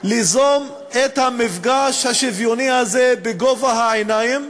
ליזום את המפגש השוויוני הזה בגובה העיניים,